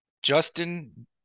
Justin